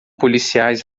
policiais